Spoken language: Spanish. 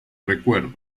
recuerdo